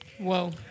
Whoa